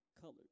colored